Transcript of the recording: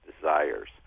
desires